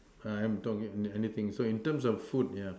I am talking any anything so in terms of food yeah